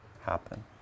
happen